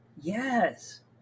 Yes